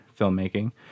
filmmaking